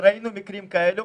וראינו מקרים כאלה,